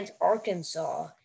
Arkansas